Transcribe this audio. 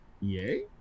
Yay